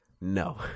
No